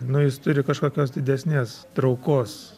nu jis turi kažkokios didesnės traukos